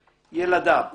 ילדיו.